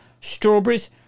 Strawberries